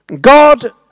God